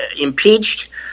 impeached